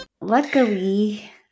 Luckily